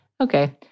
okay